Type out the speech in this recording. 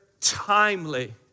timely